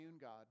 God